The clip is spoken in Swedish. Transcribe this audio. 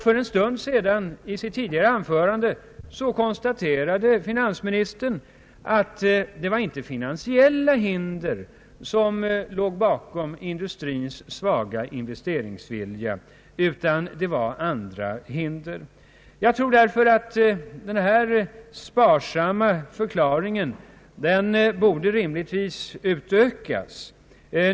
För en stund sedan i sitt tidigare anförande konstaterade finansministern att det inte låg finansiella hinder bakom industrins svaga investeringsvilja utan andra hinder. Jag tycker därför att denna sparsamma förklaring rimligtvis borde utökas.